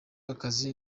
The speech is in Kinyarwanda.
akazi